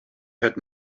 had